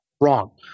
Wrong